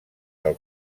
del